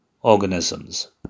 organisms